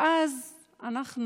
ואז אנחנו